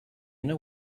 know